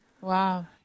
Wow